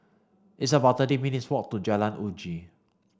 it's about thirty minutes' walk to Jalan Uji